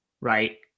right